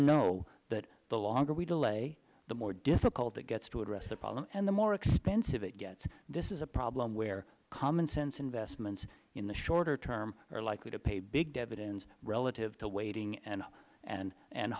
know that the longer we delay the more difficult it gets to address the problem and the more expensive it gets this is a problem where commonsense investments in the shorter term are likely to pay big dividends relative to waiting and